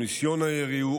או ניסיון הירי,